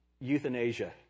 euthanasia